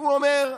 הוא אומר: